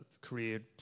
career